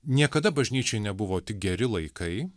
niekada bažnyčiai nebuvo tik geri laikai